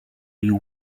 you